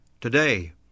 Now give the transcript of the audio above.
today